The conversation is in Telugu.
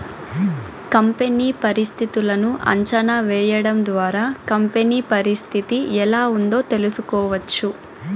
కంపెనీ పరిస్థితులను అంచనా వేయడం ద్వారా కంపెనీ పరిస్థితి ఎలా ఉందో తెలుసుకోవచ్చు